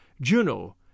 Juno